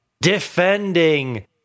defending